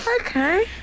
Okay